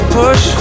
push